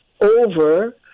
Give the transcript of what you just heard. over